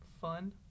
fun